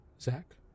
Zach